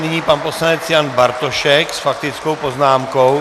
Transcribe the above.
Nyní pan poslanec Jan Bartošek s faktickou poznámkou.